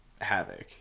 havoc